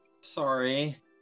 Sorry